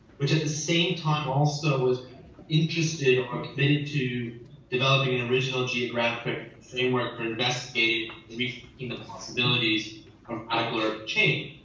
which at the same time also was interested or committed to developing an original geographic framework for investigating you know the possibilities from chain.